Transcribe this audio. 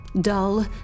dull